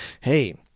hey